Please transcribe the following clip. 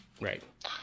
Right